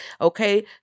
okay